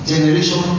Generation